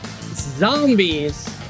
zombies